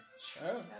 Sure